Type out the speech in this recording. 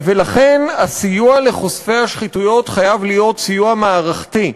לכן הסיוע לחושפי השחיתויות חייב להיות סיוע מערכתי.